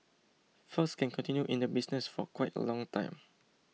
fox can continue in the business for quite a long time